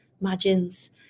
margins